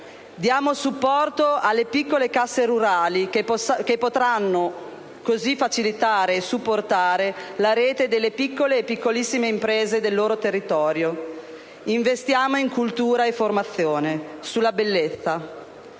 Diamo supporto alle piccole casse rurali che potranno così facilitare e supportare la rete delle piccole e piccolissime imprese del loro territorio. Investiamo in cultura e formazione, sulla bellezza.